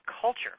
culture